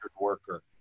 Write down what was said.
worker